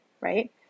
right